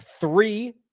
three